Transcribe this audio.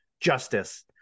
justice